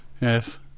Yes